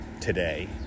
today